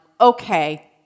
Okay